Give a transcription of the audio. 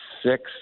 six